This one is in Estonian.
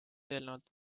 eelnevalt